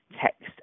text